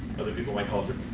other people might call